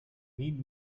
need